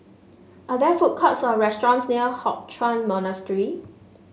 are there food courts or restaurants near Hock Chuan Monastery